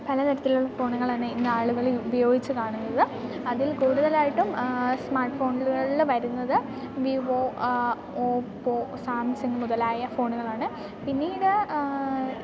പലതരത്തിലുള്ള ഫോണുകളാണ് ഇന്നാളുകളിൽ ഉപയോഗിച്ച് കാണുന്നത് അതിൽ കൂടുതലായിട്ടും സ്മാർട്ട് ഫോണുകളിൽ വരുന്നത് വിവോ ഓപ്പോ സാംസങ്ങ് മുതലായ ഫോണുകളാണ് പിന്നീട്